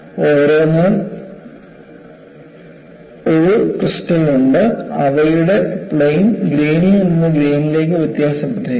ഓരോന്നിനും ഒരു ക്രിസ്റ്റൽ ഉണ്ട് അവയുടെ പ്ലെയിൻ ഗ്രേനിൽ നിന്ന് ഗ്രേനിലേക്ക് വ്യത്യാസപ്പെട്ടിരിക്കുന്നു